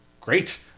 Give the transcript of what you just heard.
great